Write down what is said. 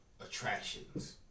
attractions